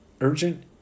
urgent